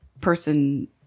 person